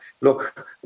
look